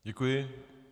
Děkuji.